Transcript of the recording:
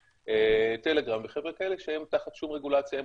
את טלגרם וחבר'ה כאלה שהם תחת שום רגולציה,